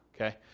Okay